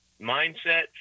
Mindset